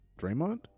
Draymond